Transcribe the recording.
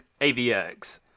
AVX